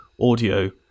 audio